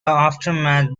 aftermath